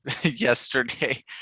yesterday